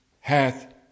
hath